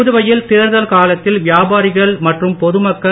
புதுவையில் தேர்தல் காலத்தில் வியாபாரிகள் மற்றும் பொது மக்கள்